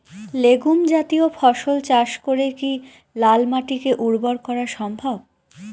Legume জাতীয় ফসল চাষ করে কি লাল মাটিকে উর্বর করা সম্ভব?